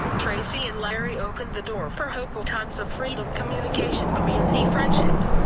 tracy and larry opened the door for hopeful times of freedom communication community friendship.